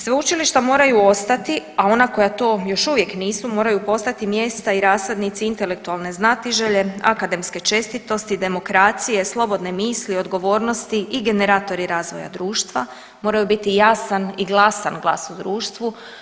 Sveučilišta moraju ostati, a ona koja to još uvijek nisu, moraju postati mjesta i rasadnici intelektualne znatiželje, akademske čestitosti, demokracije, slobodne misli, odgovornosti i generatori razvoja društva, moraju biti jasan i glasan glas u društvu.